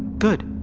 good!